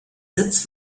sitz